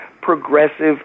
progressive